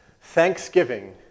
Thanksgiving